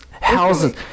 houses